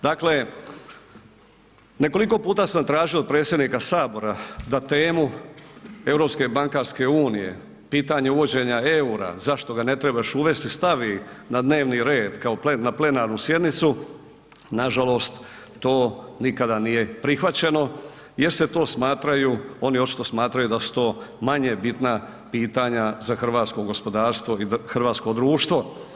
Dakle, nekoliko puta sam tražio od predsjednika Sabora da temu Europske bankarske unije, pitanje uvođenja eura zašto ga ne treba još uvesti stavi na dnevni red na plenarnu sjednicu, nažalost to nikada nije prihvaćeno jer oni očito smatraju da su to manje bitna pitanja za hrvatsko gospodarstvo i hrvatsko društvo.